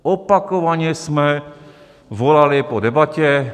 Opakovaně jsme volali po debatě.